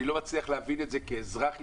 אני לא מצליח להבין את זה כאזרח ישראלי.